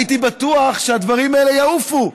הייתי בטוח שהדברים האלה יעופו,